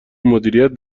مدیریت